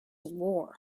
war